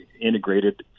integrated